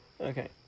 Okay